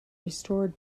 restored